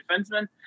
defenseman